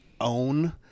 own